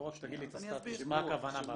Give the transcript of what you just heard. בוא רק שתגיד לי את הסטטוס, למה הכוונה באוויר?